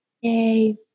Yay